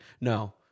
No